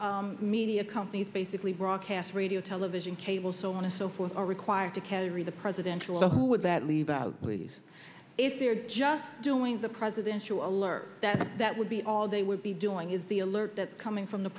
all media companies basically broadcast radio television cable so on and so forth are required to carry the presidential who would that leave out please if they're just doing the presidential alert that that would be all they would be doing is the alert that's coming from the